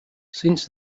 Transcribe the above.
since